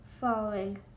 following